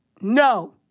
No